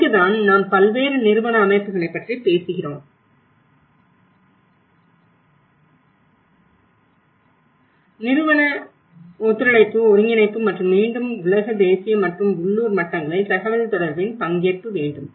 இங்குதான் நாம் பல்வேறு நிறுவன அமைப்புகளைப் பற்றி பேசுகிறோம் நிறுவன ஒத்துழைப்பு ஒருங்கிணைப்பு மற்றும் மீண்டும் உலக தேசிய மற்றும் உள்ளூர் மட்டங்களில் தகவல்தொடர்பின் பங்கேற்பு வேண்டும்